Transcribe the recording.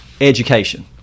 education